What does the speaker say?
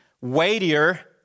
weightier